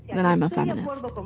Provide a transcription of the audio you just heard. then i'm a feminist.